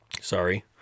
Sorry